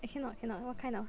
I cannot I cannot what kind of